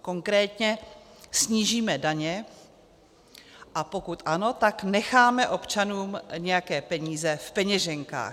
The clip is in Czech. Konkrétně: Snížíme daně, a pokud ano, tak necháme občanům nějaké peníze v peněženkách.